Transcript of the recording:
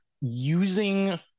using